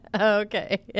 Okay